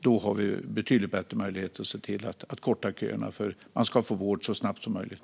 Då har vi betydligt bättre möjlighet att se till att korta köerna, för man ska få vård så snabbt som möjligt.